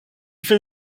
fait